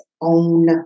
own